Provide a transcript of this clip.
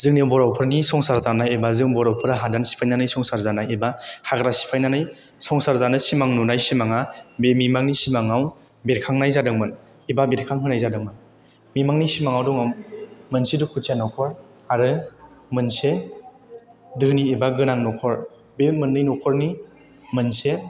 जोंनि बर'फोरनि संसार जानाय एबा जों बर'फोरा हादान सिफायनानै संसार जानाय एबा हाग्रा सिफायनानै संसार जानो सिमां नुनाय सिमांआ बे मिमांनि सिमांआव बेरखांनाय जादोंमोन एबा बेरखांहोनाय जादोंमोन मिमांनि सिमांआव दङ मोनसे दुखुथिया न'खर आरो मोनसे धोनि एबा गोनां न'खर बे मोननै न'खरनि मोनसे